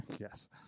Yes